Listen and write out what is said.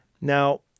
Now